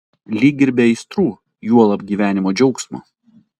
lyg ir be aistrų juolab gyvenimo džiaugsmo